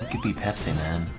you pepsiman